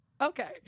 Okay